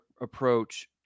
approach